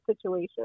situation